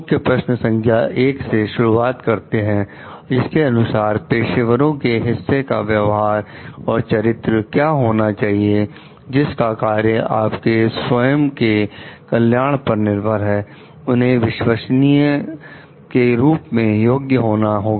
मुख्य प्रश्न संख्या 1 से शुरूआत करते हैं जिसके अनुसार पेशेवरों के हिस्से का व्यवहार और चरित्र क्या होना चाहिए जिस का कार्य आपके स्वयं के कल्याण पर निर्भर है उन्हें विश्वसनीय के रूप में योग्य होना होगा